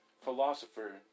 philosopher